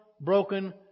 broken